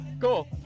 Cool